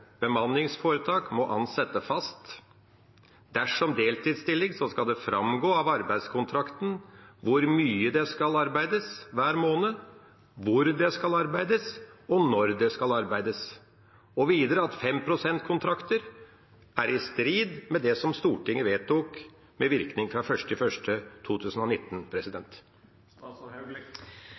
Bemanningsforetak må ansette fast. Dersom det er deltidsstilling, skal det framgå av arbeidskontrakten hvor mye det skal arbeides hver måned, hvor det skal arbeides, og når det skal arbeides. Og videre: 5-prosentkontrakter er i strid med det som Stortinget vedtok med virkning fra 1. januar 2019.